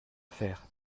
faire